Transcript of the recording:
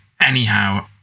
Anyhow